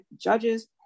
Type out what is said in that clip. judges